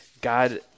God